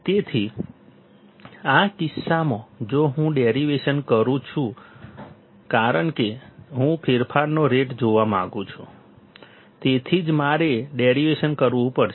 તેથી આ કિસ્સામાં જો હું ડેરિવેશન કરું છું કારણ કે હું ફેરફારનો રેટ જોવા માંગુ છું તેથી જ મારે ડેરિવેશન કરવું પડશે